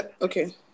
okay